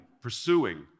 pursuing